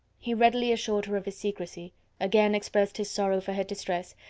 he readily assured her of his secrecy again expressed his sorrow for her distress,